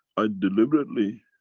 i deliberately,